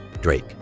Drake